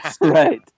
right